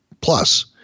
plus